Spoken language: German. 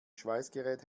schweißgerät